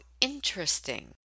interesting